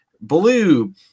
Blue